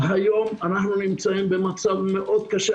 היום אנחנו נמצאים במצב מאוד קשה.